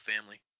family